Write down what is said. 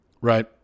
right